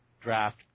draft